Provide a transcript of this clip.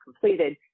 completed